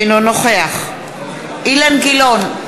אינו נוכח אילן גילאון,